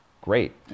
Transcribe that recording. Great